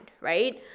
right